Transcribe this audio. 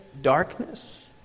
darkness